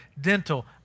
dental